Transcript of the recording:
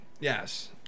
Yes